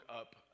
up